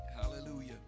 Hallelujah